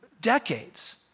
decades